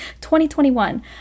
2021